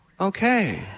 Okay